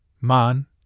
Man